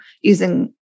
using